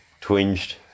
twinged